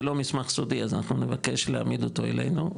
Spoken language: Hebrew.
זה לא מסמך סודי אז אנחנו נבקש להעמיד אותו אלינו,